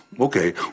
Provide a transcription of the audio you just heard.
Okay